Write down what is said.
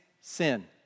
sin